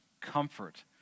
comfort